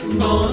no